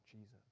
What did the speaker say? Jesus